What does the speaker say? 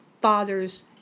fathers